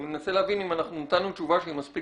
אני מנסה להבין אם נתנו תשובה שהיא מספיק